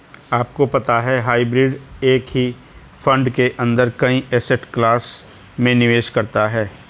आपको पता है हाइब्रिड एक ही फंड के अंदर कई एसेट क्लास में निवेश करता है?